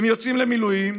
הם יוצאים למילואים,